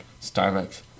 Starbucks